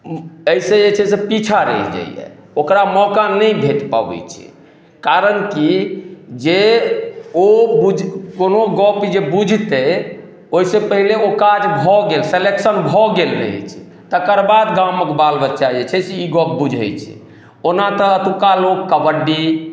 अइसँ जे छै से पीछा रहि जाइए ओकरा मौका नहि भेट पाबय छै कारण कि जे ओ बुझ कोनो गप जे बुझतइ ओइसँ पहिले ओ काज भऽ गेल सेलेक्शन भऽ गेल रहय छै तकर बाद गामक बाल बच्चा जे छै से ई गप बुझय छै ओना तऽ अतुका लोक कबड्डी